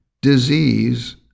disease